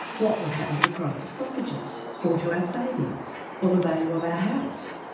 what would happen to the price of sausages, or to our savings, or the value of our house?